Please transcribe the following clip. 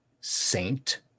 Saint